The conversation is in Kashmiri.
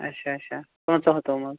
اچھا اچھا پٲنٛژو ہَتو منٛز